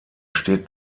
steht